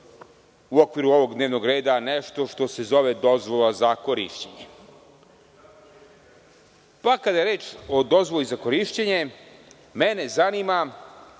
u okviru ovog dnevnog reda dođe nešto što se zove dozvola za korišćenje. Kada je reč o dozvoli za korišćenje, mene zanima